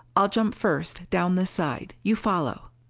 i'll jump first, down this side, you follow.